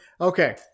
Okay